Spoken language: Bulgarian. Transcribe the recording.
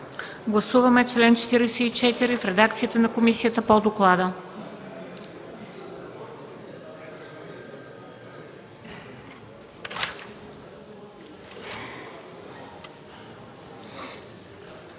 Гласуваме чл. 50 в редакцията на комисията по доклада.